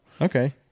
Okay